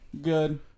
good